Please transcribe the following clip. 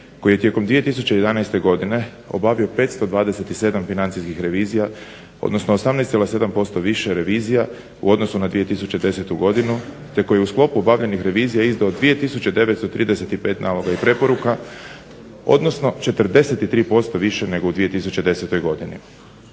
koji je tijekom 2011. godine obavio 527 financijskih revizija, odnosno 18,7% više revizija u odnosu na 2010. godinu, te koji je u sklopu obavljenih revizija izdao 2935. naloga i preporuka, odnosno 43% više nego u 2010. godini.